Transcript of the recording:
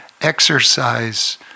exercise